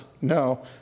No